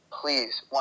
please